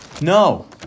No